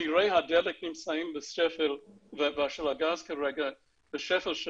מחירי הדלק ושל הגז כרגע נמצאים בשפל של